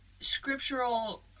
scriptural